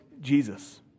Jesus